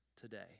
today